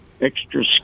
extra